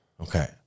Okay